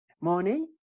money